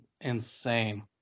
insane